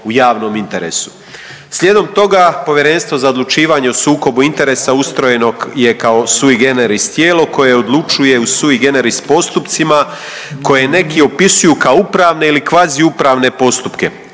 u javnom interesu. Slijedom toga Povjerenstvo za odlučivanje o sukobu interesa ustrojeno je kao sui generis tijelo koje odlučuje o sui generis postupcima koje neki opisuju kao upravne ili kvazi upravne postupke.